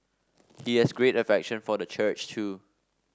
he has great affection for the church too